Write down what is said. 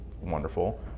wonderful